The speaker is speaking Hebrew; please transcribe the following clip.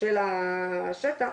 של השטח,